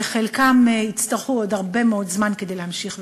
וחלקם יצטרכו עוד הרבה מאוד זמן כדי להמשיך ולהתקיים.